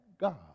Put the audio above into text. God